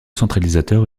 centralisateur